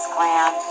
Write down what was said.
Glam